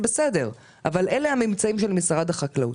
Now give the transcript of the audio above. בסדר, אבל אלה הממצאים של משרד החקלאות.